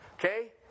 Okay